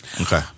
Okay